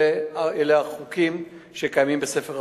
אלה החוקים שקיימים בספר החוקים.